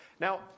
now